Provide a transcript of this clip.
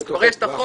אז כבר יש את החוק.